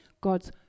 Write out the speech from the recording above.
God's